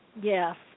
Yes